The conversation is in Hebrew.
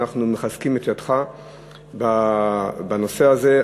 ואנחנו מחזקים את ידיך בנושא הזה.